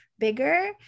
bigger